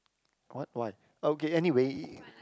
what why okay anyway